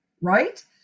right